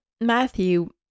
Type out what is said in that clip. Matthew